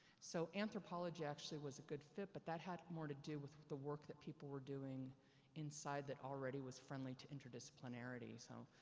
so, anthropology actually was a good fit, but that had more to do with with the work that people were doing inside that already was friendly to interdisciplinarity, so,